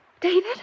David